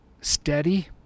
steady